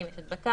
האם יש הדבקה?